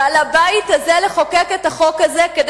ועל הבית הזה לחוקק את החוק הזה כדי